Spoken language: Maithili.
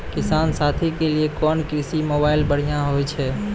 किसान साथी के लिए कोन कृषि मोबाइल बढ़िया होय छै?